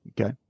okay